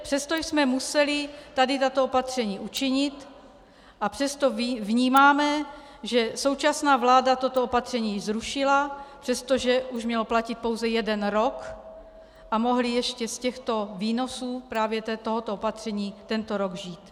Přesto jsme museli tato opatření učinit, a přesto vnímáme, že současná vláda toto opatření již zrušila, přestože už mělo platit pouze jeden rok a mohli ještě z výnosů právě tohoto opaření tento rok žít.